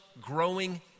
growing